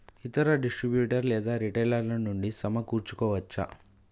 ఇతర డిస్ట్రిబ్యూటర్ లేదా రిటైలర్ నుండి సమకూర్చుకోవచ్చా?